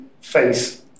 face